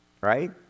Right